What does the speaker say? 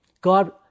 God